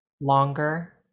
longer